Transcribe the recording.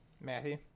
Matthew